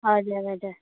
हजुर हजुर